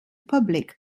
public